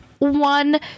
One